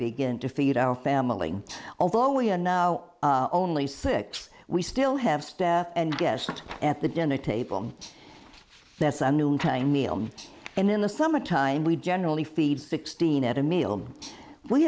begin to feed our family although we are now only six we still have staff and guests at the dinner table that's our new meal and in the summertime we generally feed sixteen at a meal we